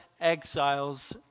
exiles